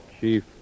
Chief